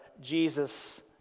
Jesus